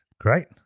Great